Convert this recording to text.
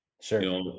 sure